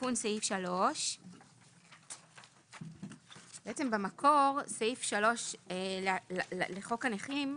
תיקון סעיף 3. במקור סעיף 3 לחוק הנכים,